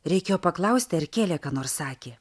reikėjo paklausti ar kelė ką nors sakė